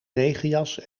regenjas